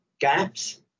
gaps